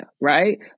Right